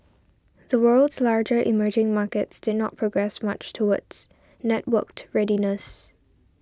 the world's larger emerging markets did not progress much towards networked readiness